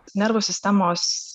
nervų sistemos